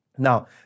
Now